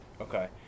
Okay